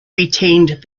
retained